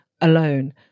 alone